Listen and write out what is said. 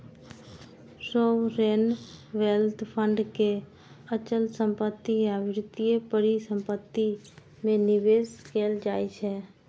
sovereign wealth fund के अचल संपत्ति आ वित्तीय परिसंपत्ति मे निवेश कैल जाइ छै